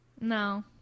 No